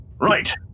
Right